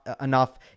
enough